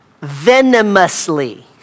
Venomously